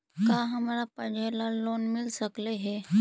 का हमरा पढ़े ल लोन मिल सकले हे?